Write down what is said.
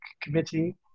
committee